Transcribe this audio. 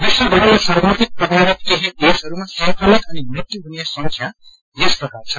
विश्व भरिमा सर्वाधिक प्रभावित केही देशहरूमा संक्रमित अनि मृत्यु हुने संख्या यसप्राकार छन्